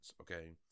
okay